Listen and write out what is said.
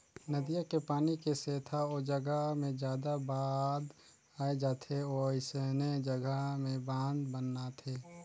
नदिया के पानी के सेथा ओ जघा मे जादा बाद आए जाथे वोइसने जघा में बांध बनाथे